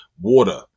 Water